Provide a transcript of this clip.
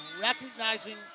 recognizing